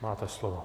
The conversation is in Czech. Máte slovo.